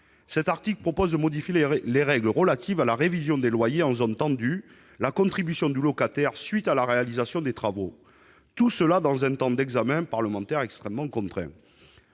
Cet article propose de modifier les règles relatives à la révision des loyers en zone tendue et la contribution du locataire à la suite de la réalisation de travaux, tout cela dans un temps d'examen parlementaire extrêmement contraint.